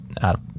out